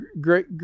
great